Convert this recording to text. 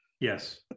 Yes